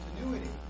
continuity